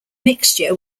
mixture